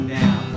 now